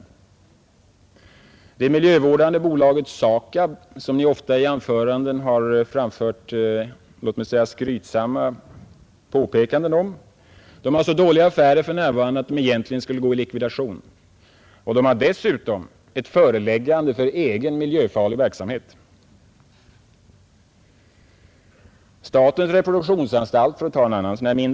Vidare har det miljövårdande bolaget SAKAB, som Ni i anföranden ofta har framfört låt mig säga skrytsamma påpekanden om så dåliga affärer för närvarande att det egentligen borde träda i likvidation, och dessutom har det ett föreläggande för egen miljöfarlig verksamhet. Eller låt mig ta ett annat företag, Statens reproduktionsanstalt.